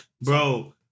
Bro